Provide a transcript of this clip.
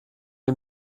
ihm